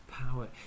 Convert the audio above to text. Power